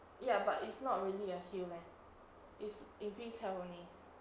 ya but it's not really a heal leh is increase health only